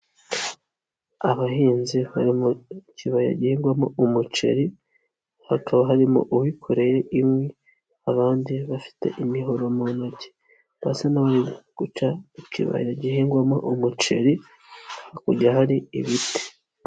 Abahinzi bari mu kibaya gihingwamo umuceri hakaba harimo uwikoreye inkwi, abandi bafite imihoro mu ntoki, basa n'abari guca mu kibaya gihingwamo umuceri hakurya hari ibiti.